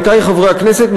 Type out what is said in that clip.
עמיתי חברי הכנסת,